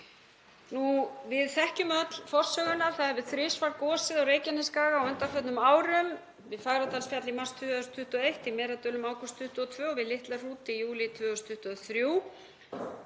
Við þekkjum öll forsöguna, það hefur þrisvar gosið á Reykjanesskaga á undanförnum árum; við Fagradalsfjall í mars 2021, í Merardölum í ágúst 2022 og við Litla-Hrút í júlí 2023.